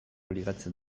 ligatzen